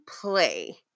play